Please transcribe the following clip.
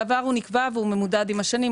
הוא נקבע בעבר וממודד עם השנים.